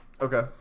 okay